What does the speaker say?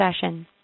session